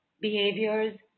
behaviors